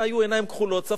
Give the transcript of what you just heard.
לה היו עיניים כחולות.